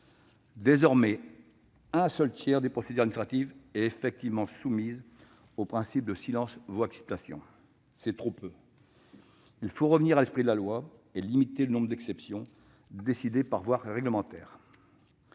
Désormais, seul un tiers des procédures administratives sont effectivement soumises au principe du SVA. C'est trop peu. Il faut revenir à l'esprit de la loi et limiter le nombre d'exceptions décidées par voie réglementaire.